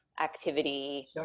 activity